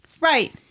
Right